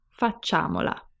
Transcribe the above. facciamola